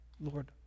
Lord